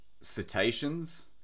cetaceans